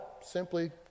simply